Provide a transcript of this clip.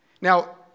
Now